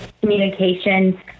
communication